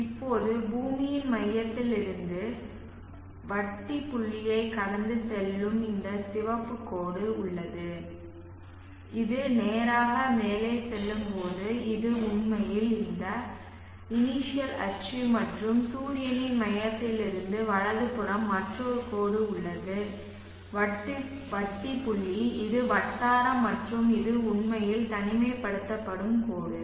இப்போது பூமியின் மையத்தில் இருந்து வட்டி புள்ளியைக் கடந்து செல்லும் இந்த சிவப்புக் கோடு உள்ளது இது நேராக மேலே செல்லும் பகுதி இது உண்மையில் இந்த init அச்சு மற்றும் சூரியனின் மையத்திலிருந்து வலதுபுறம் மற்றொரு கோடு உள்ளது வட்டி புள்ளி இது வட்டாரம் மற்றும் இது உண்மையில் தனிமைப்படுத்தும் கோடு